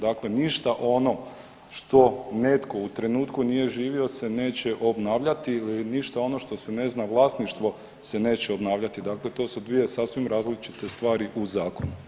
Dakle ništa ono što netko u trenutku nije živio se neće obnavljati ili ništa ono što se ne zna vlasništvo se neće obnavljati, dakle to su dvije sasvim različite stvari u zakonu.